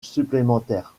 supplémentaire